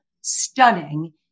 stunning